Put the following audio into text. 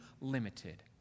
limited